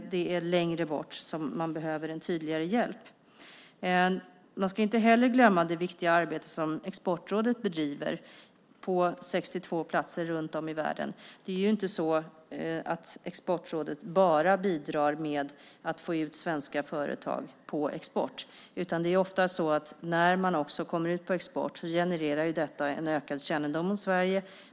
Det är längre bort som man behöver en tydligare hjälp. Man ska inte heller glömma det viktiga arbete som Exportrådet bedriver på 62 platser runt om i världen. Exportrådet bidrar inte bara med att få ut svenska företag på export. När man kommer ut på export genererar detta ofta en ökad kännedom om Sverige.